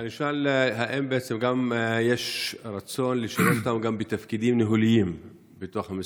האם יש גם רצון לשלב אותם בתפקידים ניהוליים במשרד?